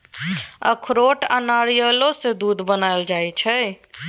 अखरोट आ नारियलो सँ दूध बनाएल जाइ छै